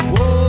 Whoa